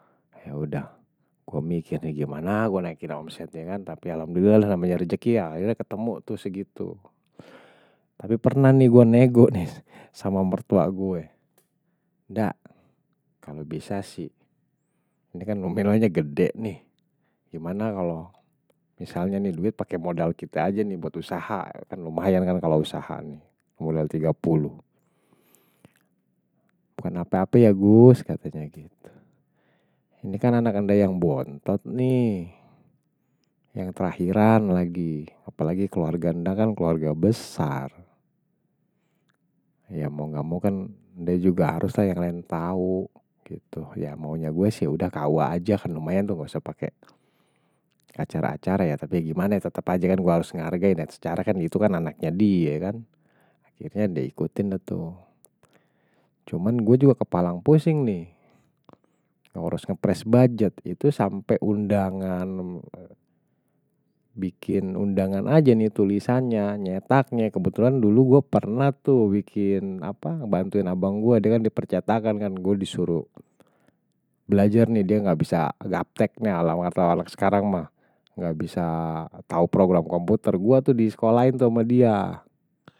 Ya udah, gue mikir nih gimana, gue naikin omzet nya kan, tapi alhamdulillah lah nama nya rezeki. Akhirnya ketemu tuh segitu, tapi pernah nih gue nego nih sama mertua gue. nda kalau bisa sih, ini kan modalnye gede nih, gimana kalau misalnya nih duit pakai modal kita aja nih buat usaha, kan lumayan kan kalau usaha nih, modal tiga puluh. Bukan apa-apa ya gus, katanya gitu. Ini kan anak anda yang bontot nih, yang terakhiran lagi, apalagi keluarga anda kan keluarga besar. Ya mau nggak mau kan dia juga harus lah yang lain tahu, ya maunya gue sih ya udah kawa aja, kan lumayan tuh nggak usah pakai acara-acara ya. Tapi gimana ya, tetap aja kan gue harus hargain, secara kan itu kan anaknya dia kan, akhirnya dia ikutin lah tuh. Cuman gue juga kepala yang pusing nih, harus ngepress budget, itu sampai undangan, bikin undangan aja nih tulisannya, nyetaknya. Kebetulan dulu gue pernah tuh bikin apa. ngebantuin abang gue, dia kan dipercatakan kan, gue disuruh belajar nih, dia nggak bisa gaptek nih, alhamdulillah sekarang mah. Nggak bisa tahu program komputer gue tuh di sekolahin tuh sama dia.